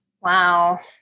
Wow